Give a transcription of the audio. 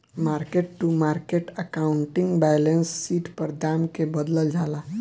market to market accounting balance sheet पर दाम के बदलल जाला